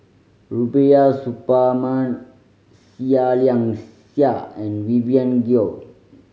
Rubiah Suparman Seah Liang Seah and Vivien Goh